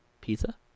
Pizza